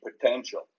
potential